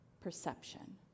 perception